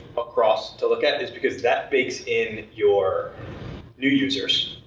across to look at, is because that bakes in your new users,